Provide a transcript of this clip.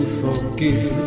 forgive